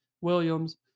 williams